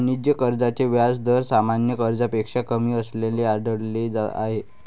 वाणिज्य कर्जाचे व्याज दर सामान्य कर्जापेक्षा कमी असल्याचे आढळले आहे